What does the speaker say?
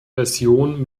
version